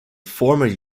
former